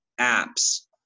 Apps